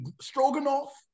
stroganoff